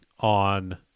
on